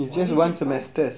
only six months